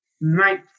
night